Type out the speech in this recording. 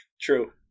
True